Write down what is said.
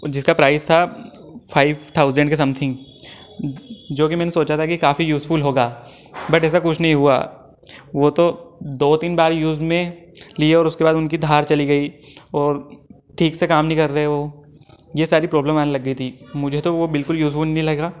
जिसका प्राइज़ था five thousand के समथिंग जो कि मैंने सोचा था कि काफी यूज़फुल होगा बट ऐसा कुछ नहीं हुआ वो तो दो तीन बार यूज़ में लिए और उसके बाद उनकी धार चली गई और ठीक से काम नहीं कर रहे वो ये सारी प्रॉब्लम आने लग गई थी मुझे तो वो बिल्कुल यूज़फुल नहीं लग रहा